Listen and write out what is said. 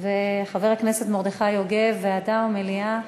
חבר הכנסת מרדכי יוגב, ועדה או מליאה?